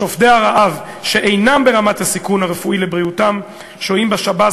שובתי הרעב שאינם ברמת סיכון רפואי לבריאותם שוהים בשב"ס